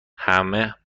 همه